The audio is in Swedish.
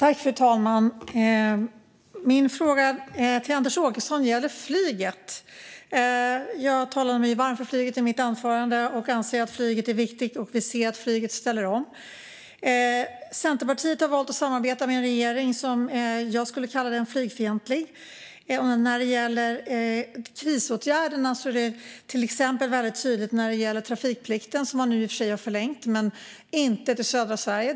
Fru talman! Min fråga till Anders Åkesson gäller flyget. Jag talade mig ju varm för flyget i mitt anförande och anser att flyget är viktigt. Vi ser att flyget ställer om. Centerpartiet har valt att samarbeta med en regering som jag skulle kalla flygfientlig. Det är tydligt när det gäller krisåtgärderna, särskilt trafikplikten, som man nu i och för sig har förlängt. Den gäller inte flyg till södra Sverige.